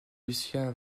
lucien